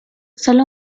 solo